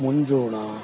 ಮುಂಜೋಣ